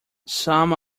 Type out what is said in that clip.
some